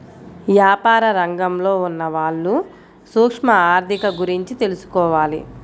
యాపార రంగంలో ఉన్నవాళ్ళు సూక్ష్మ ఆర్ధిక గురించి తెలుసుకోవాలి